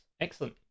Excellent